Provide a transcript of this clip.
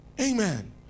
amen